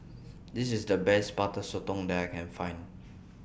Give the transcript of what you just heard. This IS The Best Butter Sotong that I Can Find